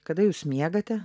kada jūs miegate